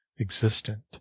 existent